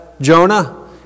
Jonah